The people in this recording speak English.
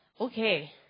Okay